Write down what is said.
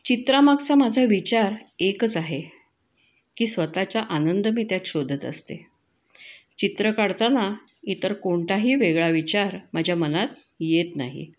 चित्रामागचा माझा विचार एकच आहे की स्वतःच्या आनंद मी त्यात शोधत असते चित्र काढताना इतर कोणताही वेगळा विचार माझ्या मनात येत नाही